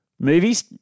movies